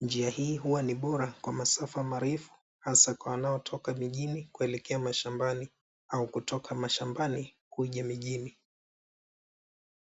Njia hii huwa ni bora kwa masafa marefu hasa kwa wanaotoka mjini kuelekea mashambani au kutoka mashambani, kuja mjini.